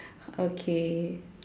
okay